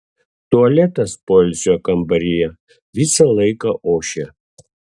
tualetas poilsio kambaryje visą laiką ošia